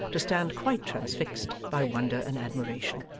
to stand quite transfixed by wonder and admiration.